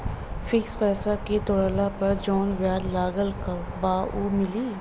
Fix पैसा के तोड़ला पर जवन ब्याज लगल बा उ मिली?